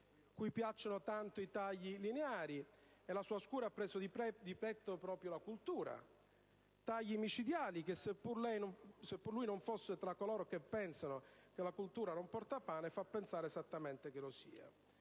cui piacciono tanto i tagli lineari e la cui scure ha preso di petto proprio la cultura. Tagli micidiali che, seppur lui non fosse tra coloro che pensano che la cultura non porta pane, fa pensare esattamente che lo sia.